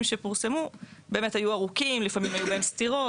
שפורסמו באמת היו ארוכים ולפעמים היו בהם סתירות.